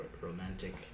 romantic